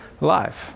life